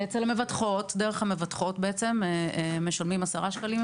יש אפשרות דרך המבטחות לשלם עשרה שקלים,